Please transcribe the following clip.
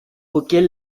auquel